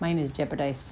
mine is jeopardised